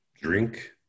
Drink